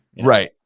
Right